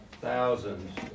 thousands